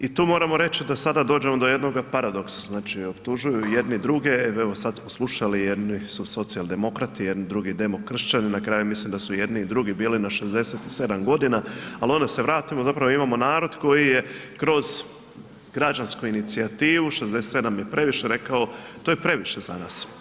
I tu moramo reći da sada dođemo do jednog paradoksa, optužuju jedni druge, evo sada smo slušali jedni su socijaldemokrati drugi demokršćani, na kraju mislim da su jedni i drugi bili na 67 godina, ali onda se vratimo zapravo imamo narod koji je kroz građansku inicijativu „67 je previše“ rekao to je previše za nas.